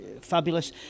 fabulous